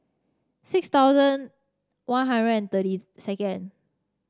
six thousand One Hundred and thirty second